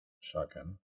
Shotgun